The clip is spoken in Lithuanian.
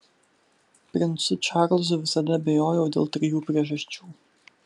princu čarlzu visada abejojau dėl trijų priežasčių